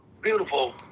beautiful